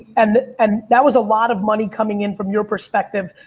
and and that was a lot of money coming in from your perspective,